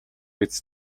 биз